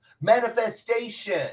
Manifestation